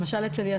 למשל אצל ...